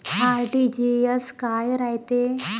RTGS काय रायते?